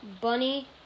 Bunny